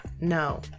no